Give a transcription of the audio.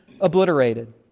obliterated